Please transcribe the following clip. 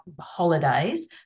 holidays